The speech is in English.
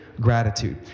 gratitude